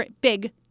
big